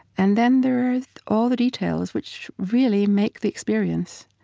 and then there are all the details, which really make the experience,